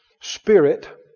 spirit